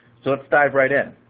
let's dive right in.